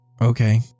okay